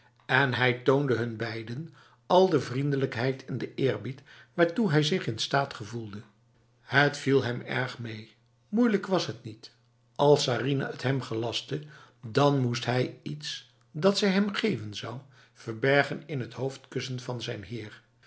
en hij toonde hun beiden al de vriendelijkheid en de eerbied waartoe hij zich in staat gevoelde het viel hem erg mee moeilijk was het niet als sarinah t hem gelastte dan moest hij iets dat zij hem geven zou verbergen in het hoofdkussen van zijn heer